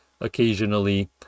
occasionally